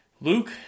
Luke